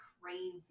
crazy